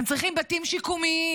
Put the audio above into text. הם צריכים בתים שיקומיים,